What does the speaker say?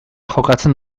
jokatzen